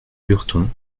lurton